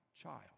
child